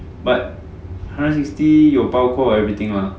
but hundred sixty 有包括 everything lah